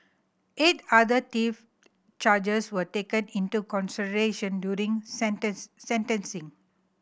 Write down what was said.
eight other theft charges were taken into consideration during sentencing